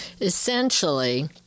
essentially